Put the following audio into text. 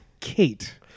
Kate